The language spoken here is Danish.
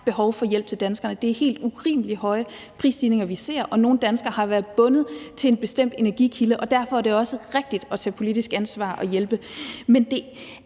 behov for hjælp til danskerne. Det er helt urimelig høje prisstigninger, vi ser, og nogle danskere har været bundet til en bestemt energikilde. Derfor er det også rigtigt at tage politisk ansvar og hjælpe. Men det